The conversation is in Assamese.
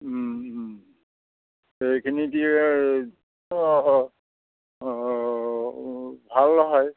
এইখিনি দিয়ে অ অ অ ভাল হয়